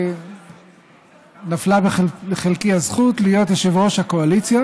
נפלה בחלקי הזכות להיות יושב-ראש הקואליציה